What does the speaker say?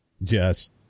Yes